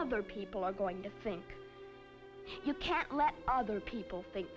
other people are going to think you can't let other people think